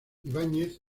ibáñez